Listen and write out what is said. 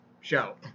show